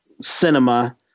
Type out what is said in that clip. cinema